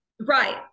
Right